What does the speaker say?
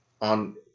on